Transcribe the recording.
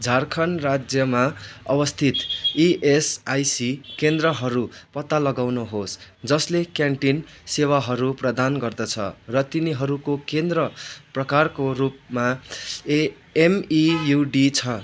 झारखण्ड राज्यमा अवस्थित इएसआइसी केन्द्रहरू पता लगाउनु होस् जसले क्यान्टिन सेवाहरू प्रदान गर्दछ र तिनीहरूको केन्द्र प्रकारको रूपमा ए एमइयुडी छ